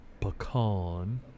pecan